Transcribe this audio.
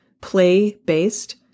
play-based